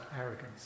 arrogance